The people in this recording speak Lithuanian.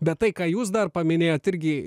bet tai ką jūs dar paminėjot irgi